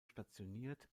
stationiert